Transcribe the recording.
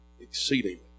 exceedingly